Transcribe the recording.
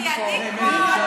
הם, הם.